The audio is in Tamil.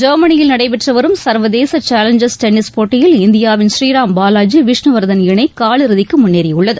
ஜெர்மனியில் நடைபெற்று வரும் சர்வதேச சேலஞ்சர்ஸ் டென்னிஸ் போட்டியில் இந்தியாவின் ஸ்ரீராம் பாலாஜி விஷ்ணு வரதன் இணை காலிறுதிக்கு முன்னேறியுள்ளது